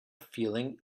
feeling